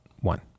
One